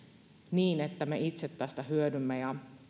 niin että me itse tästä hyödymme